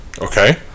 Okay